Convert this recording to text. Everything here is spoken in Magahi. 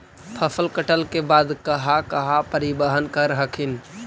फसल कटल के बाद कहा कहा परिबहन कर हखिन?